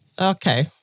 Okay